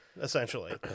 essentially